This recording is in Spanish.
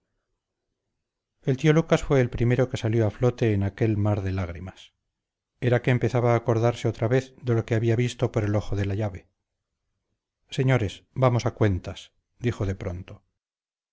el tío lucas fue el primero que salió a flote en aquel mar de lágrimas era que empezaba a acordarse otra vez de lo que había visto por el ojo de la llave señores vamos a cuentas dijo de pronto